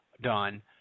done